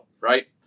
right